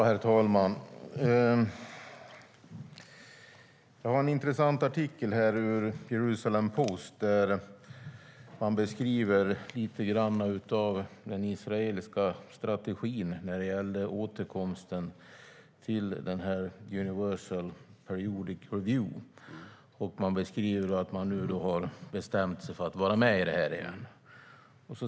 Herr talman! Jag har en intressant artikel här ur Jerusalem Post där man beskriver den israeliska strategin när det gäller återkomsten till Universal Periodic Review och att Israel har bestämt sig för att vara med igen.